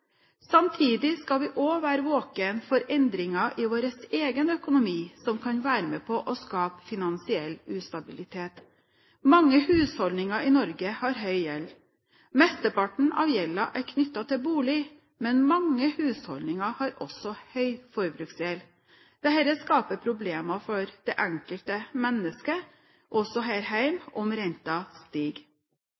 Samtidig skal man også være våken for endringer i vår egen økonomi som kan være med på å skape finansiell ustabilitet. Mange husholdninger i Norge har høy gjeld. Mesteparten av gjelden er knyttet til bolig, men mange husholdninger har også høy forbruksgjeld. Dette skaper problemer for det enkelte mennesket også her